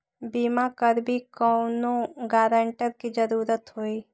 बिमा करबी कैउनो गारंटर की जरूरत होई?